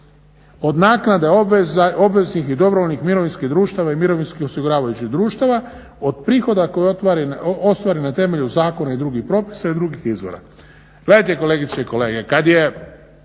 od naknada od obveznih i dobrovoljnih mirovinskih društava i mirovinskih osiguravajućih društava, od prihoda koje ostvari na temelju zakona i drugih propisa i iz drugih izvora".